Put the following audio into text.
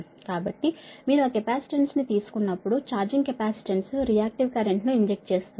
కాబట్టి మీరు ఆ కెపాసిటెన్స్ తీసుకున్నప్పుడు ఛార్జింగ్ కెపాసిటెన్స్ రియాక్టివ్ కరెంట్ను ఇంజెక్ట్ చేస్తుంది